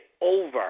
over